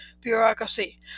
bureaucracy